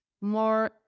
more